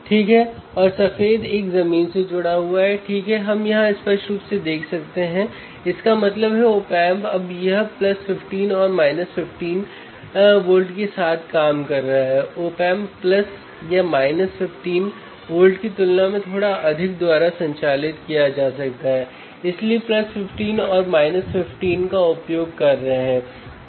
V1 पर 1V peak to peak और 1 kilohertz sine wave और V2 पर 2V पर लागू करें